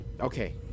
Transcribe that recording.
Okay